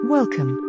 Welcome